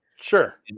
Sure